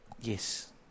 Yes